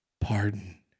pardon